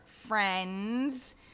friends